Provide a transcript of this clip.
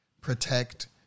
protect